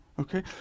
okay